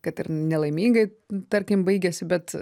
kad ir nelaimingai tarkim baigėsi bet